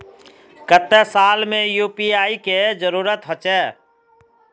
केते साल में यु.पी.आई के जरुरत होचे?